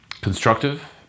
constructive